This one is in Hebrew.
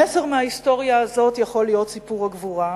המסר מההיסטוריה הזאת יכול להיות סיפור הגבורה.